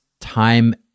time